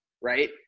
right